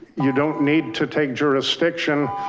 you don't need to take jurisdiction.